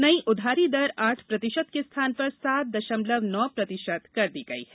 नई उधारी दर आठ प्रतिशत के स्थान पर सात दशमलव नौ प्रतिशत कर दी गई है